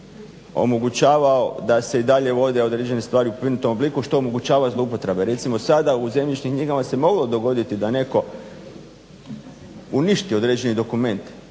omogućavao da se i dalje uvode određene stvari u … /Govornik se ne razumije./… obliku što omogućava zloupotrebe. Recimo sada u zemljišnim knjigama se moglo dogoditi da netko uništi određeni dokument